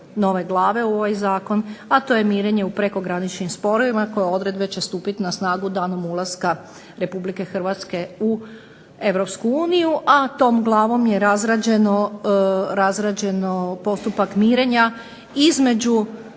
u ovaj zakon, a to je mirenje u prekograničnim sporovima koje odredbe će stupiti na snagu danom ulaska RH u EU, a tom glavom je razrađen postupak mirenja između